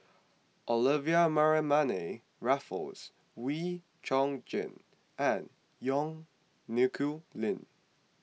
Olivia Mariamne Raffles Wee Chong Jin and Yong Nyuk Lin